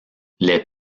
les